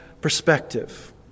perspective